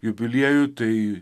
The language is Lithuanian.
jubiliejų tai